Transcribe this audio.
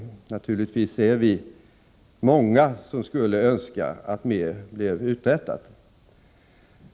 Vi är naturligtvis många som önskar att det uträttades mer.